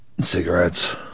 Cigarettes